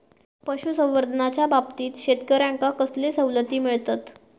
पशुसंवर्धनाच्याबाबतीत शेतकऱ्यांका कसले सवलती मिळतत?